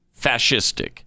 fascistic